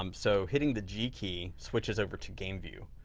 um so, hitting the g key switches over to game view.